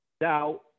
Now